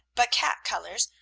but cat colors,